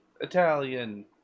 Italian